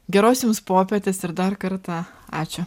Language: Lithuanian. geros jums popietės ir dar kartą ačiū